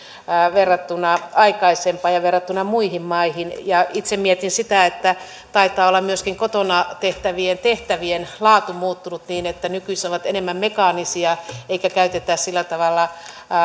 verrattuna aikaisempaan ja verrattuna muihin maihin itse mietin sitä että taitaa olla myöskin kotona tehtävien tehtävien laatu muuttunut niin että nykyisin ne ovat enemmän mekaanisia eikä käytetä sillä tavalla